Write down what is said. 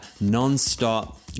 non-stop